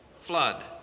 flood